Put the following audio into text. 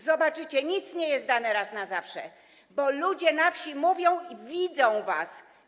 Zobaczycie, nic nie jest dane raz na zawsze, bo ludzie na wsi mówią o tym i widzą was.